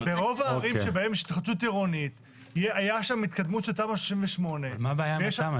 ברוב הערים שבהן הייתה התקדמות של תמ"א 38 -- מה הבעיה עם התמ"א?